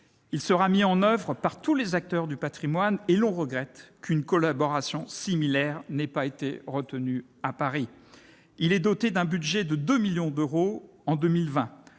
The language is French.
plan sera mis en oeuvre par tous les acteurs du patrimoine- l'on regrette qu'une collaboration similaire n'ait pas été retenue à Paris. Il est doté d'un budget de 2 millions d'euros en 2020.